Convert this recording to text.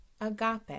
agape